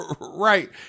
Right